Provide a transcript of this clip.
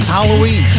Halloween